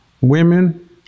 women